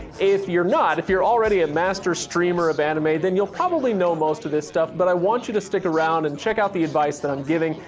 if you're not, if you're already a master streamer of anime, then you'll probably know most of this stuff, but i want you to stick around and check out the advise that i'm giving,